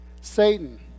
Satan